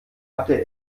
hatte